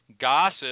Gossip